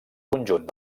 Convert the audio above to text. conjunt